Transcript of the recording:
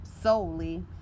solely